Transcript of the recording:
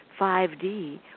5D